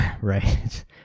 Right